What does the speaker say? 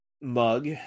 mug